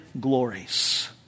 glories